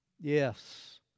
Yes